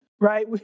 right